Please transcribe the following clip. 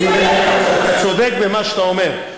אתה צודק במה שאתה אומר.